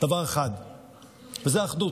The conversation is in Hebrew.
וזה אחדות,